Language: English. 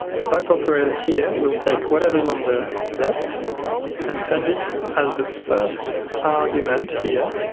the pipe operator here will take whatever is on the left and send it as the first argument, here,